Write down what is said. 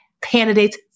candidates